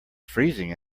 freezing